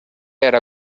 era